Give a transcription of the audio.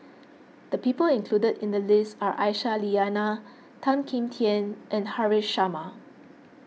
the people included in the list are Aisyah Lyana Tan Kim Tian and Haresh Sharma